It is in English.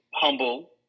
humble